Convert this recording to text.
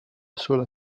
sola